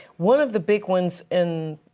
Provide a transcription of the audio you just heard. one of the big ones in,